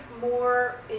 more